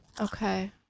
Okay